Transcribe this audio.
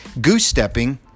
goose-stepping